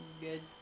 Good